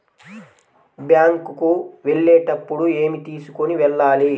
Bank కు వెళ్ళేటప్పుడు ఏమి తీసుకొని వెళ్ళాలి?